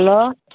hello